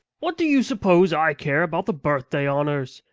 what do you suppose i care about the birthday honors?